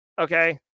Okay